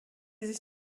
sich